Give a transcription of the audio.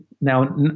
Now